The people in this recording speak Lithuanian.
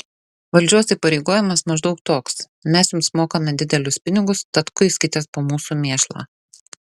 valdžios įpareigojimas maždaug toks mes jums mokame didelius pinigus tad kuiskitės po mūsų mėšlą